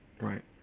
right